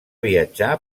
viatjar